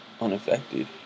unaffected